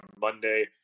Monday